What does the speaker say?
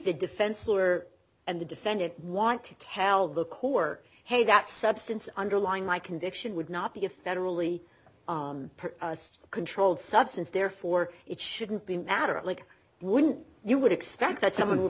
the defense lawyer and the defendant want to tell the court hey that substance underlying my conviction would not be a federally controlled substance therefore it shouldn't be a matter of like wouldn't you would expect that someone would